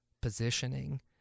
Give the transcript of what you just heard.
positioning